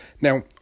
Now